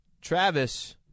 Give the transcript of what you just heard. Travis